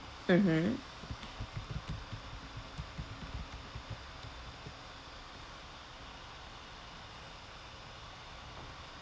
mmhmm